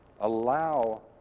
Allow